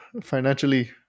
financially –